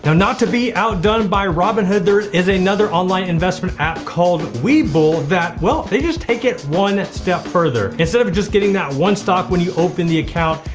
so not to be out done by robinhood, there is another online investment app called webull, that well, they just take it one step further. instead of just getting that one stock when you open the account,